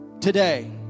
today